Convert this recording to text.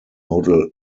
model